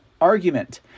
argument